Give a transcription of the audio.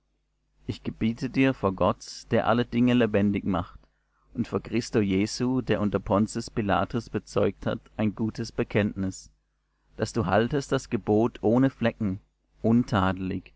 ich gebiete dir vor gott der alle dinge lebendig macht und vor christo jesu der unter pontius pilatus bezeugt hat ein gutes bekenntnis daß du haltest das gebot ohne flecken